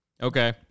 Okay